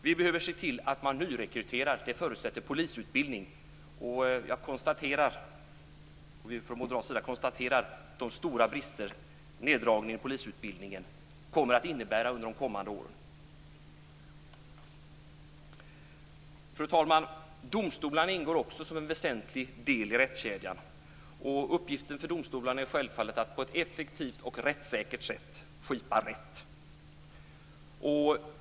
Vi behöver se till att man nyrekryterar, och det förutsätter polisutbildning. Från moderaternas sida konstaterar vi att de stora neddragningarna i polisutbildningen kommer att innebära stora brister under de kommande åren. Fru talman! Domstolarna ingår också som en väsentlig del i rättskedjan. Deras uppgift är självfallet att på ett effektivt och rättssäkert sätt skipa rätt.